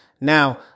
Now